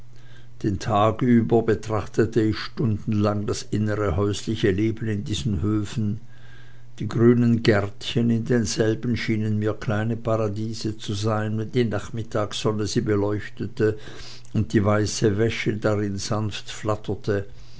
den tag über betrachtete ich stundenlang das innere häusliche leben in diesen höfen die grünen gärtchen in denselben schienen mir kleine paradiese zu sein wenn die nachmittagssonne sie beleuchtete und die weiße wäsche darin sanft flatterte